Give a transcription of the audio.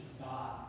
God